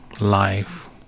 life